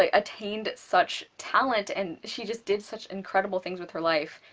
ah attained such talent and she just did such incredible things with her life,